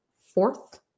fourth